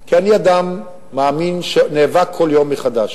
כי אני אדם מאמין, שנאבק כל יום מחדש.